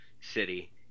City